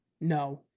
No